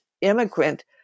immigrant